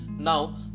Now